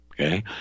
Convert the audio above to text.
Okay